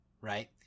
Right